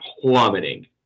plummeting